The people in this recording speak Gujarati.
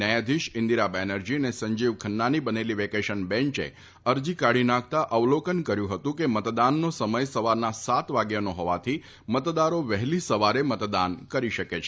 ન્યાયાધીશ ઇન્દિરા બેનરજી અને સંજીવ ખન્નાની બનેલી વેકેશન બેંચે અરજી કાઢી નાખતાં અવલોકન કર્યું હતું કે મતદાનનો સમય સવારના સાત વાગ્યાનો હોવાથી મતદારો વહેલી સવારે મતદાન કરી શકે છે